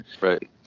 Right